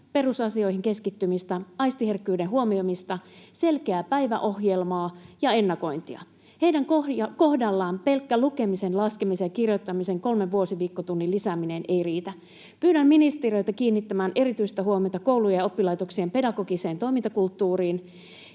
perusasioihin keskittymistä, aistiherkkyyden huomioimista, selkeää päiväohjelmaa ja ennakointia. Heidän kohdallaan pelkkä lukemisen, laskemisen ja kirjoittamisen kolmen vuosiviikkotunnin lisääminen ei riitä. Pyydän ministeriötä kiinnittämään erityistä huomiota koulujen ja oppilaitosten pedagogiseen toimintakulttuuriin